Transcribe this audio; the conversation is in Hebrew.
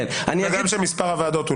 גם של מספר הוועדות,